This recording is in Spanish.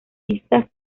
vistas